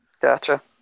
Gotcha